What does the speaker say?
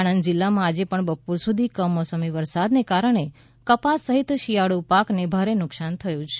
આણંદ શહેર જિલ્લામાં આજે પણ બપોર સુધી કમોસમી વરસાદને કારણે કપાસ સહિત શિયાળુ પાકને ભારે નુકસાન થયું થયું છે